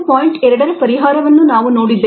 2 ರ ಪರಿಹಾರವನ್ನು ನಾವು ನೋಡಿದ್ದೆವು